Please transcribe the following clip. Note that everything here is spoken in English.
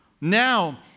Now